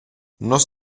nos